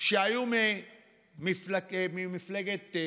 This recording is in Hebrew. שהם נוסעים יחד לפגישה,